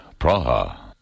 Praha